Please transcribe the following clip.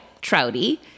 Trouty